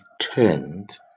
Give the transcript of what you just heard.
turned